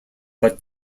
but